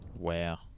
Wow